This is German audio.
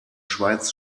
schweiz